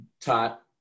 taught